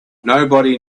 nobody